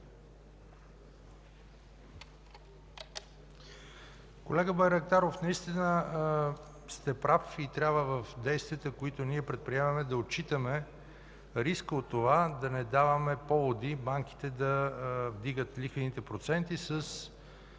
Колега Байрактаров, наистина сте прав. Трябва в действията, които предприемаме, да отчитаме риска от това да не даваме поводи банките да вдигат лихвените проценти с